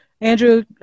Andrew